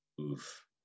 oof